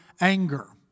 anger